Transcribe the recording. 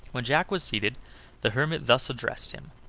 when jack was seated the hermit thus addressed him